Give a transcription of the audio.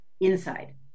inside